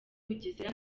bugesera